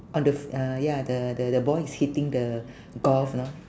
on the fi~ uh ya the the the boy is hitting the golf lah